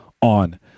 on